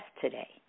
today